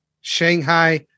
Shanghai